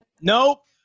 Nope